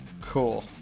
Cool